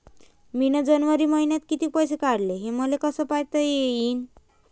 मिन जनवरी मईन्यात कितीक पैसे काढले, हे मले कस पायता येईन?